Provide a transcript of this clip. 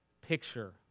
picture